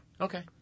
Okay